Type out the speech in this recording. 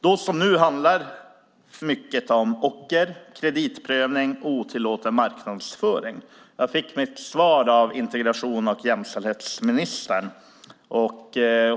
Då som nu handlar mycket om ocker, kreditprövning och otillåten marknadsföring. Jag fick svar av integrations och jämställdhetsministern.